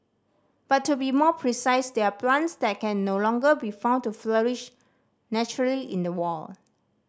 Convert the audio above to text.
but to be more precise they're plants that can no longer be found to flourish naturally in the wild